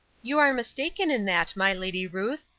you are mistaken in that, my lady ruth.